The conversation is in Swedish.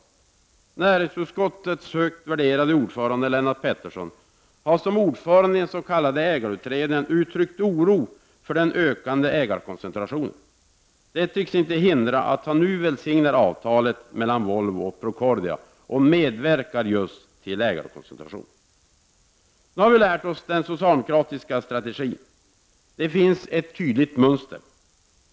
Även näringsutskottets högt värderade ordförande Lennart Pettersson har som ordförande i den s.k. ägarutredningen uttryckt oro för den ökande ägarkoncentrationen. Det tycks inte hindra att han nu välsignar avtalet mellan Volvo och Procordia och därmed medverkar till just ägarkoncentration. Nu har vi lärt oss den socialdemokratiska strategin. Det finns ett tydligt mönster.